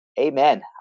Amen